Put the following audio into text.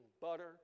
butter